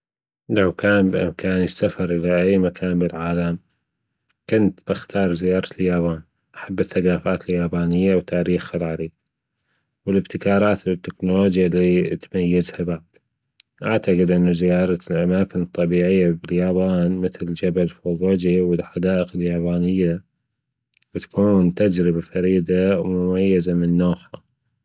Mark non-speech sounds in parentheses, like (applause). لو كان بأمكاني السفر لأي مكان بالعالم كنت بأختار زيارة اليابان حب الثجافات اليابانيه وتاريخها العريق والابتكارات والتكنولوجيا اللى بتتميز بها أعتقد أن زيارة الاماكن الطبيعية فى اليابان مثل جبل (unintelligible) والاحداث اليابانيه بتكون تجربة فريدة ومميزة من نوعها